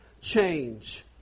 change